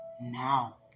now